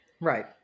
Right